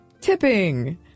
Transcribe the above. tipping